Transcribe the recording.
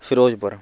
Firozpur